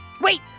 Wait